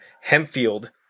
Hempfield